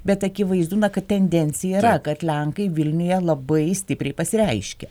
bet akivaizdu na kad tendencija yra kad lenkai vilniuje labai stipriai pasireiškė